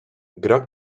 groc